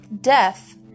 death